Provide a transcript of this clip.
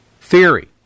Theory